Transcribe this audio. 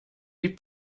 die